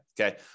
okay